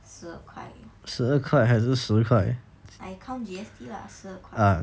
十二块啦 I count G_S_T lah 十二块